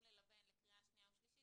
במילא ללבן לקראת קריאה שנייה ושלישית,